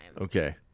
Okay